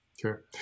Sure